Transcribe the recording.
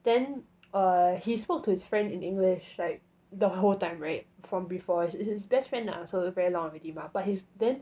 then err he spoke to his friend in english like the whole time [right] from before it's his best friend lah so very long already mah but he's then